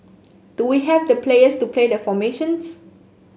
do we have the players to play the formations